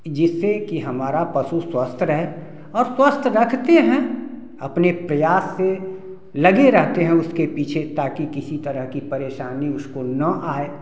जिसके कि हमारा पशु स्वस्थ रहे और स्वस्थ रखते हैं अपने प्रयास से लगे रहते हैं उसके पीछे ताकि किसी तरह की परेशानी उसको न आए